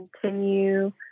continue